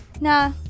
Nah